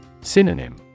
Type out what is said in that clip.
Synonym